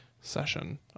session